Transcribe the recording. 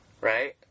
Right